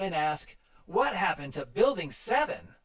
than ask what happened to building seven